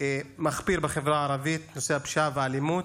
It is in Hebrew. מחפיר בחברה הערבית, נושא הפשיעה והאלימות,